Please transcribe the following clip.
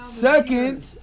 Second